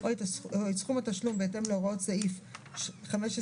או את סכום התשלום בהתאם להוראות סעיף 15(ב)(3),